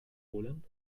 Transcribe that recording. holen